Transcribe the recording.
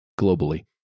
globally